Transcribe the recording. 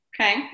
Okay